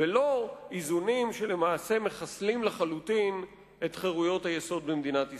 ולא איזונים שלמעשה מחסלים לחלוטין את חירויות היסוד במדינת ישראל.